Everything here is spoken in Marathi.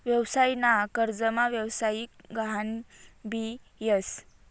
व्यवसाय ना कर्जमा व्यवसायिक गहान भी येस